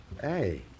Hey